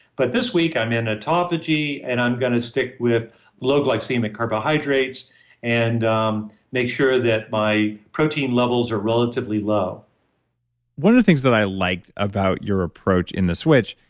but this week, i'm in ah autophagy, and i'm going to stick with low-glycemic carbohydrates and um make sure that my protein levels are relatively low one of the things that i liked about your approach in the switch,